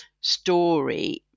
story